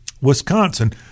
Wisconsin